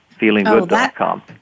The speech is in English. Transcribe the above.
feelinggood.com